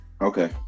Okay